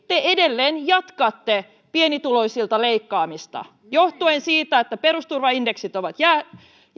te edelleen jatkatte pienituloisilta leikkaamista johtuen siitä että perusturvaindeksit ovat